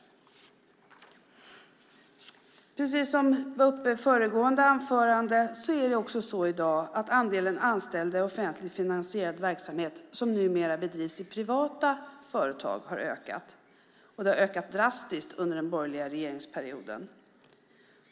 Precis som var uppe i föregående anförande har andelen anställda i offentligfinansierad verksamhet som numera bedrivs av privata företag ökat, och ökat drastiskt, under den borgerliga regeringsperioden.